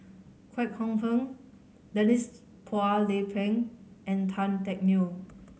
Kwek Hong Png Denise Phua Lay Peng and Tan Teck Neo